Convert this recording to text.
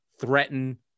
threaten